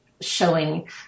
showing